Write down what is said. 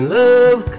love